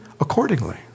accordingly